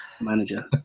manager